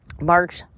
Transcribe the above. March